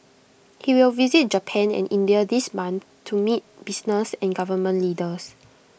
he will visit Japan and India this month to meet business and government leaders